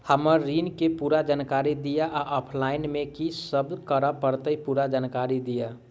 हम्मर ऋण केँ पूरा जानकारी दिय आ ऑफलाइन मे की सब करऽ पड़तै पूरा जानकारी दिय?